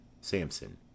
Samson